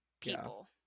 people